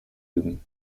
üben